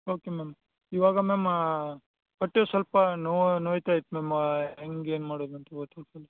okay ma'am ಇವಾಗ ma'am ಹೊಟ್ಟೆ ಸ್ವಲ್ಪ ನೋವು ನೋವ್ತಾ ಇತ್ತು ಮ್ಯಾಮ್ ಹೆಂಗೆ ಏನು ಮಾಡೋದ್ ಅಂತ ಗೊತ್ತಾಗ್ತಿಲ್ಲ